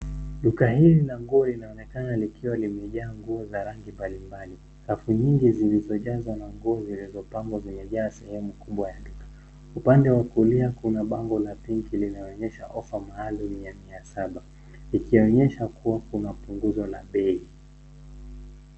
Duka hili la nguo linaonekana likiwa limejaa nguo za rangi mbalimbali. Rafu nyingi zilizojazwa na nguo zilizopangwa zimejaa sehemu kubwa ya duka. Upande wa kulia kuna bango la pink linaonyesha offer maalum ya mia saba, ikionyesha kuwa kuna punguzo la bei.